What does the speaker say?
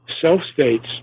self-states